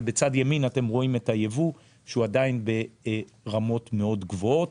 ובצד ימין אתם רואים את היבוא שהוא עדיין ברמות מאוד גבוהות,